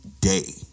day